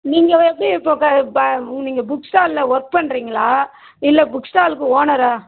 நீங்கள் எப்படி இப்போ க ப நீங்கள் புக் ஸ்டாலில் ஒர்க் பண்ணுறீங்களா இல்லை புக் ஸ்டாலுக்கு ஓனரா